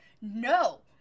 No